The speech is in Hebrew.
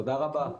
תודה רבה.